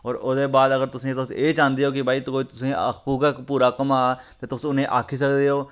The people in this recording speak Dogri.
होर ओह्दे बाद अगर तुसेंगी तुस एह् चाह्ंदे हो कि भाई तुसें गी आपूं गा पूरा घमा तुस उनें गी आक्खी सकदे ओ